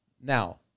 now